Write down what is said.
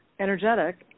energetic